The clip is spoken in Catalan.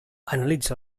analitza